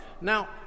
Now